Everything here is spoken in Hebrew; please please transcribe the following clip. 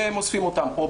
והם אוספים אותן מפה,